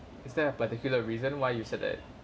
is there a particular reason why you said that